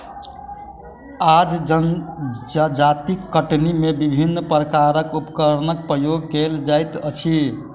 आन जजातिक कटनी मे विभिन्न प्रकारक उपकरणक प्रयोग कएल जाइत अछि